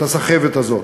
את מחיר הסחבת הזאת,